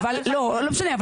לא משנה,